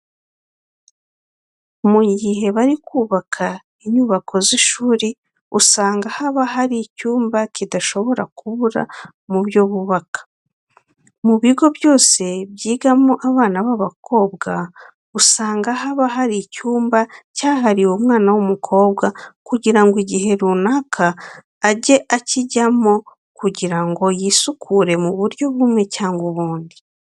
Mu gihe bari kubaka inyubako z'ishuri usanga haba hari icyumba kidashobora kubura mu byo bubaka. Mu bigo byose byigamo abana b'abakobwa usanga haba hari icyumba cyahariwe umwana w'umukobwa kugira ngo igihe runaka ajye akijyamo kugira ngo yisukure mu buryo bumwe cyangwa ubundi.